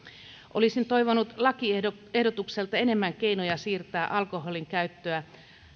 olisin toivonut lakiehdotukselta enemmän keinoja siirtää alkoholinkäyttöä